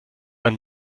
ein